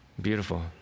beautiful